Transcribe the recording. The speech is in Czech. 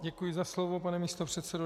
Děkuji za slovo, pane místopředsedo.